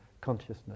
consciousness